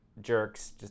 jerks